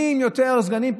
יותר סגנים,